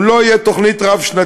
אם לא תהיה תוכנית רב-שנתית,